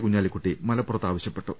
കുഞ്ഞാലിക്കുട്ടി മലപ്പുറത്ത് ആവശ്യപ്പെട്ടു